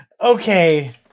Okay